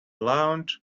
lounge